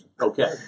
Okay